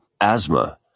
asthma